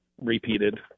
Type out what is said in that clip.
repeated